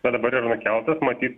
va dabar yra nukeltas matyt